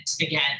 again